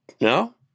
No